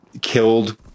killed